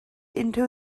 unrhyw